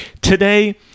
Today